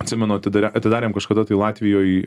atsimenu atidarė atidarėm kažkada tai latvijoj